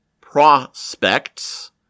prospects